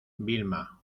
vilma